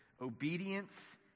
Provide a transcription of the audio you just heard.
Obedience